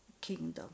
kingdom